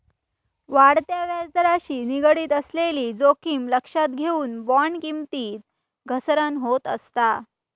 वाढत्या व्याजदराशी निगडीत असलेली जोखीम लक्षात घेऊन, बॉण्ड किमतीत घसरण होत असता